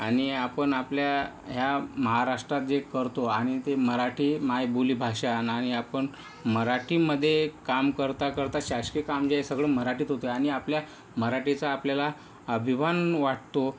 आणि आपण आपल्या ह्या महाराष्ट्रात जे करतो आणि ते मराठी मायबोली भाषा आपण मराठीमध्ये काम करताकरता शासकीय काम जे आहे सगळं मराठीत होतं आणि आपल्या मराठीचा आपल्याला अभिमान वाटतो